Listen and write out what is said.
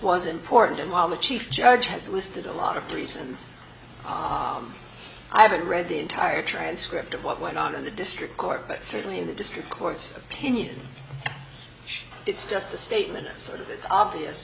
important and while the chief judge has listed a lot of reasons i haven't read the entire transcript of what went on in the district court but certainly in the district court's opinion it's just a statement so obvious